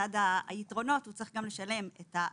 בצד היתרונות הוא צריך גם לשלם את העלויות.